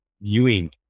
viewing